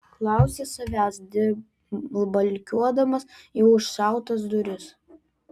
klausė savęs dilbakiuodamas į užšautas duris